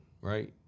right